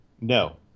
No